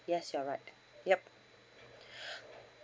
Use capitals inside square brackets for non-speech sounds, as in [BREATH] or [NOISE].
yes you're right yup [BREATH]